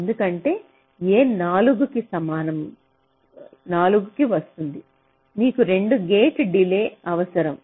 ఎందుకంటే a 4 కి వస్తుంది మీకు రెండు గేట్ డిలే అవసరం